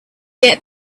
get